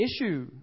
issue